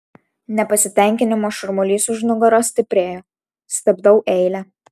nepasitenkinimo šurmulys už nugaros stiprėjo stabdau eilę